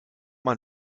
man